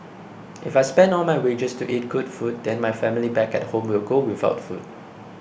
if I spend all my wages to eat good food then my family back at home will go without food